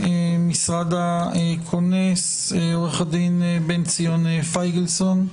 ממשרד הכונס עורך הדין בן ציון פייגלסון,